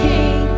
King